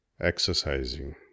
exercising